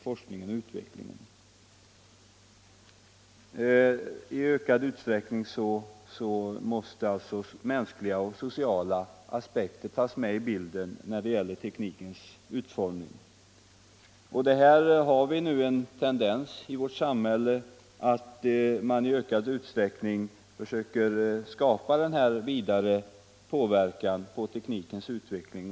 Mänskliga och sociala aspekter måste alltså i ökad utsträckning tas med i bilden när det gäller teknikens utformning. Det finns nu en tendens i vårt samhälle att man försöker skapa en vidare påverkan på teknikens utveckling.